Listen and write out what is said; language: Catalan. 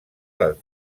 les